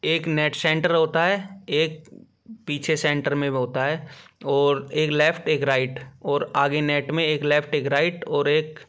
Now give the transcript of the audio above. एक net centre होता है एक पीछे सेंटर में होता है और एक लेफ्ट एक राइट और आगे नेट में एक लेफ्ट एक राइट और एक